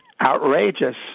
outrageous